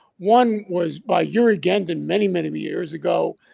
one was by urich ghendon many many years ago.